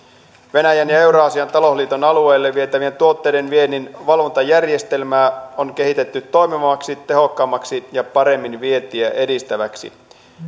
venäjän ja ja euraasian talousliiton alueelle vietävien tuotteiden viennin valvontajärjestelmää on kehitetty toimivammaksi tehokkaammaksi ja paremmin vientiä edistäväksi